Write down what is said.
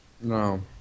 No